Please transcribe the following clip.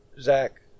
Zach